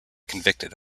convicted